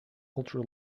ultra